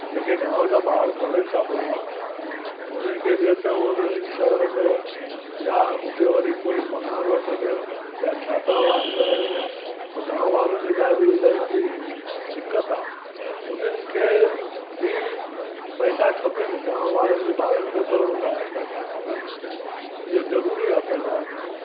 जेको गांव जा ॿार पढ़नि था पिया उन्हनि खे बि अचणु वञण जी शहर में या उते वरी कोई मकानु वठनि या छात्रावात में रहनि त गांव वारनि जे लाइ बि इलाही वॾी दिक़त आहे उन्हनि खे बि पैसा खपेनि गांव वारनि जे ॿारनि खे पढ़ण लाइ पैसा खपेनि इहो ज़रूरी आहे पैसा वठणु